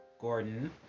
Gordon